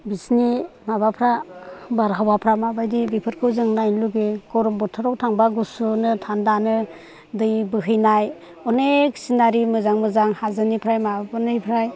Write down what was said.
बिसोरनि माबाफ्रा बारहावाफ्रा माबायदि बेफोरखौ जों नायनो लुगैयो गरम बोथोराव थांबा गुसुनो थान्दानो दै बोहैनाय अनेक सिनारि मोजां मोजां हाजोनिफ्राय माबाफोरनिफ्राय